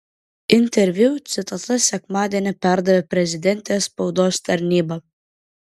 interviu citatas sekmadienį perdavė prezidentės spaudos tarnyba